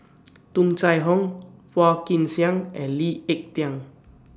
Tung Chye Hong Phua Kin Siang and Lee Ek Tieng